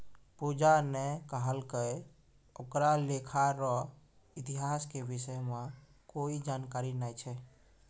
पूजा ने कहलकै ओकरा लेखा रो इतिहास के विषय म कोई जानकारी नय छै